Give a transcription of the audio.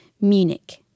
Munich